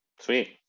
Sweet